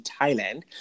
Thailand